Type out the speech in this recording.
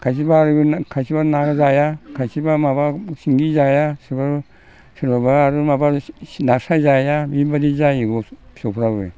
खायसेबा आरो बेनो खायसेबा ना जाया खायसेबा माबा सिंगि जाया सोरबा सोरबाबा माबा नास्राय जाया बिबादि जायो फिसौफ्राबो